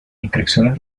inscripciones